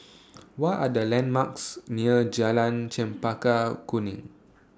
What Are The landmarks near Jalan Chempaka Kuning